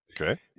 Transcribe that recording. Okay